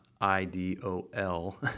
I-D-O-L